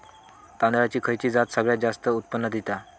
तांदळाची खयची जात सगळयात जास्त उत्पन्न दिता?